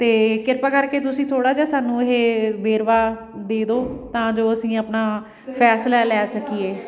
ਅਤੇ ਕਿਰਪਾ ਕਰਕੇ ਤੁਸੀਂ ਥੋੜ੍ਹਾ ਜਿਹਾ ਸਾਨੂੰ ਇਹ ਵੇਰਵਾ ਦੇ ਦਿਉ ਤਾਂ ਜੋ ਅਸੀਂ ਆਪਣਾ ਫੈਸਲਾ ਲੈ ਸਕੀਏ